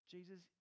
Jesus